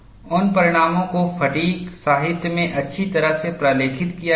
उन परिणामों को फ़ैटिग् साहित्य में अच्छी तरह से प्रलेखित किया गया है